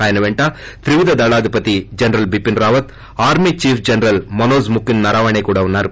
ఆయన పెంట త్రివిధ దళాధిపతి general Bipin Rawat army chief general Manoj Mukund Naravane కూడా ఉన్నారు